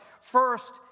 first